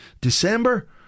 December